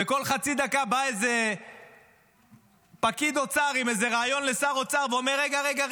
וכל חצי דקה בא איזה פקיד אוצר עם איזה רעיון לשר אוצר ואומר: רגע,